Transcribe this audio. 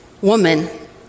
woman